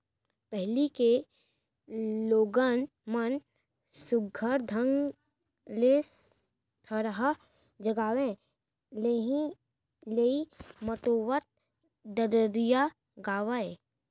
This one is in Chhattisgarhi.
पहिली के लोगन मन सुग्घर ढंग ले थरहा लगावय, लेइ मतोवत ददरिया गावयँ